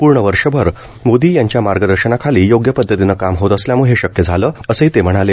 पूर्ण वर्षभर मोदी यांच्या मार्गदर्शनाखाली योग्य पद्धतीनं काम होत असल्यामुळं हे शक्य झालं असंही ते म्हणाले